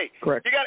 Correct